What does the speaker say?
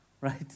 Right